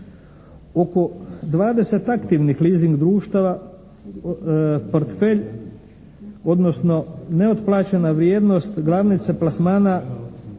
Oko 20 aktivnih leasing društava portfelj, odnosno neotplaćena vrijednost glavnice plasmana